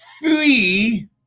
free